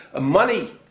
Money